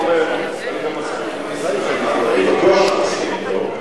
אדוני, ואני גם מסכים, אני בטוח שאתה מסכים אתו.